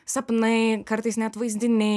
sapnai kartais net vaizdiniai